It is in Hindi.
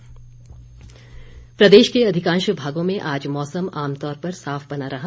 मौसम प्रदेश के अधिकांश भागों में आज मौसम आमतौर पर साफ बना रहा